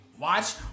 Watch